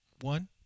One